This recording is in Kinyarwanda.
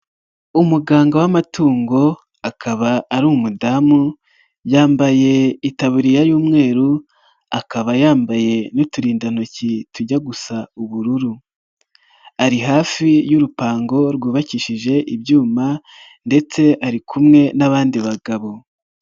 Umuganga w'amatungo akaba ari umudamu yambaye itaburiya y'umweru akaba yambaye n'uturindantoki tujya gusa ubururu, ari hafi y'urupango rwubakishije ibyuma ndetse ari kumwe n'abandi bagabo.